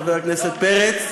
חבר הכנסת פרץ,